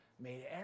Made